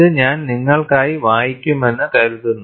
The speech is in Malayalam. ഇത് ഞാൻ നിങ്ങൾക്കായി വായിക്കുമെന്ന് കരുതുന്നു